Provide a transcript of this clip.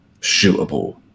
shootable